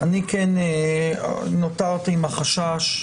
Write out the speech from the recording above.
כן נותרתי עם החשש